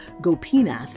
Gopinath